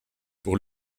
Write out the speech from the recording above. pour